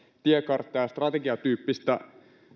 tiekarttaa ja strategiatyyppistä